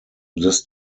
this